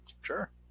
Sure